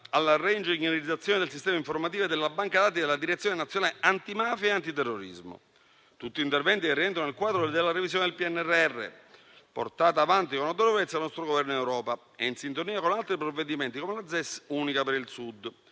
alla reingegnerizzazione del sistema informativo e della banca dati della Direzione nazionale antimafia e antiterrorismo. Tutti interventi che rientrano nel quadro della revisione del PNRR, portata avanti con autorevolezza dal nostro Governo in Europa e in sintonia con altri provvedimenti, come la ZES unica per il Sud,